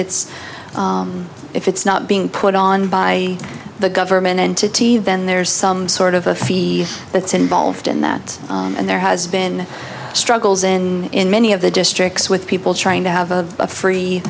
it's if it's not being put on by the government entity then there's some sort of a fee that's involved in that and there has been struggles in many of the districts with people trying to have a free